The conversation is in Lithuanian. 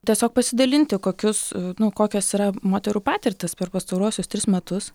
tiesiog pasidalinti kokius nu kokios yra moterų patirtys per pastaruosius tris metus